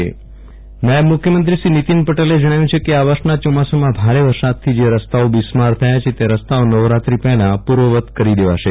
વિરલ રાણા નાયબ મુખ્યમંત્રી નાયબ મુખ્યમંત્રી શ્રી નીનિન પટેલે જણાવ્યું છે કે આ વર્ષેના ચોમાસામાં ભારે વરસાદથી જે રસ્તાઓ બિસ્માર થયા છે તે રસ્તાઓ નવરાત્રી પહેલા પૂર્વવત કરી દેવાશે